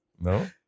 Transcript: No